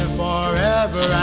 forever